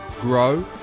grow